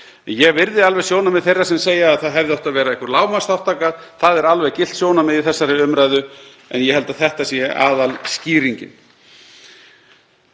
ég virði alveg sjónarmið þeirra sem segja að það hefði átt að vera einhver lágmarksþátttaka. Það er alveg gilt sjónarmið í þessari umræðu en ég held að þetta sé aðalskýringin.